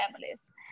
families